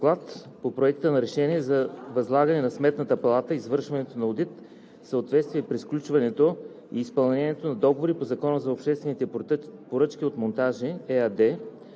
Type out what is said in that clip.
относно Проект на решение за възлагане на Сметната палата извършването на одит за съответствие при сключването и изпълнението на договори по Закона за обществените поръчки от „Монтажи“ ЕАД